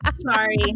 Sorry